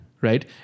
Right